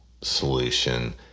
solution